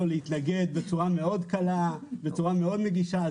להתנגד בצורה מאוד קלה ובצורה מאוד נגישה.